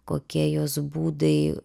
kokie jos būdai